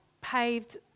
paved